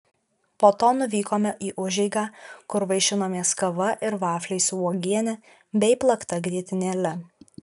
po to nuvykome į užeigą kur vaišinomės kava ir vafliais su uogiene bei plakta grietinėle